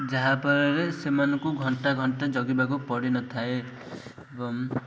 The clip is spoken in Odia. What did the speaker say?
ଯାହାଫଳରେ ସେମାନଙ୍କୁ ଘଣ୍ଟା ଘଣ୍ଟା ଜଗିବାକୁ ପଡ଼ିନଥାଏ ଏବଂ